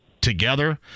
together